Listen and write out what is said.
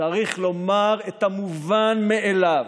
צריך לומר את המובן מאליו: